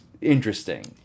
interesting